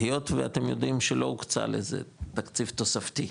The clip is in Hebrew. היות ואתם יודעים שלא הוקצב לזה תקציב תוספתי,